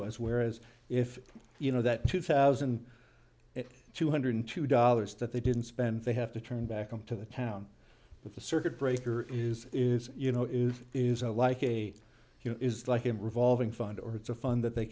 was whereas if you know that two thousand and two hundred two dollars that they didn't spend they have to turn back into the town with the circuit breaker is is you know is is a like a you know is like a revolving fund or it's a fund that they